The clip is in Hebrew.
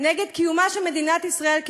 נגד קיומה של מדינת ישראל,